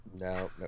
No